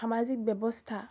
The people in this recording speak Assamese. সামাজিক ব্যৱস্থা